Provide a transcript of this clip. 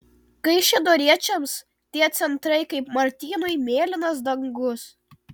kaišiadoriečiams tie centrai kaip martynui mėlynas dangus